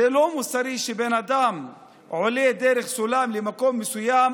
זה לא מוסרי שבן אדם עולה דרך סולם למקום מסוים,